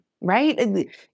right